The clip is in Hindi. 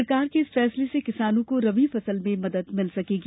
सरकार के इस फैसले से किसानों को रबी फसल में मदद मिल सकेगी